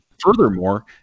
Furthermore